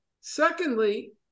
Secondly